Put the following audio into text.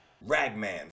ragman